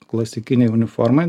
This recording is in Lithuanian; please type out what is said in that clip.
klasikinei uniformai